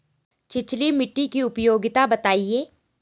छिछली मिट्टी की उपयोगिता बतायें?